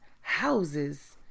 houses